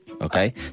Okay